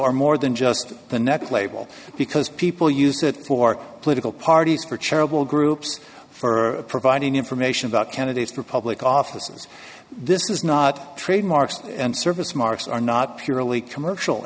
are more than just the neck label because people use it for political parties for charitable groups for providing information about candidates for public offices this is not trademarks and service marks are not purely commercial